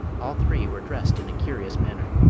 all three were dressed in a curious manner.